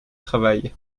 travail